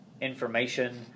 information